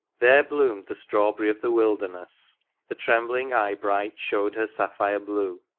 there bloomed the strawberry of the wilderness the trembling eye-bright showed her sapphire blue.